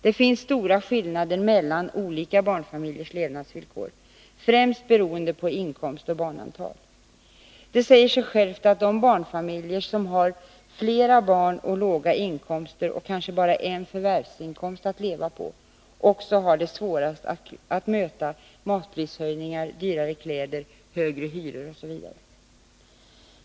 Det finns stora skillnader mellan olika barnfamiljers levnadsvillkor, främst beroende på inkomst och barnantal. Det säger sig självt att de barnfamiljer som har flera barn och låga inkomster och kanske bara en förvärvsinkomst att leva på också har det svårast att möta matprishöjningar, dyrare kläder, högre hyror osv.